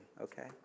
okay